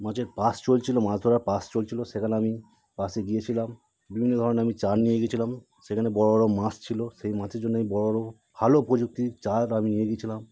মাছের পাস চলছিলো মাস ধরার পাস চলছিলো সেখানে আমি পাসে গিয়েছিলাম বিভিন্ন ধরনের আমি চার নিয়ে গিয়েছিলাম সেখানে বড়ো বড়ো মাছ ছিলো সেই মাচের জন্যে আমি বড়ো বড়ো ভালো প্রযুক্তির চারাটা নিয়ে গিয়েছিলাম